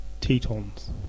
Tetons